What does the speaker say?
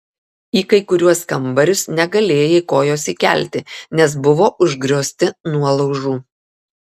į kai kuriuos kambarius negalėjai kojos įkelti nes buvo užgriozti nuolaužų